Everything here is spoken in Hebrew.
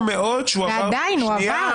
ועדיין הוא עבר.